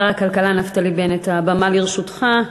שר הכלכלה נפתלי בנט, הבמה לרשותך.